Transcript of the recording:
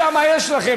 מה הולך?